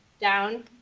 down